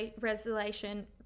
resolution